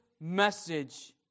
message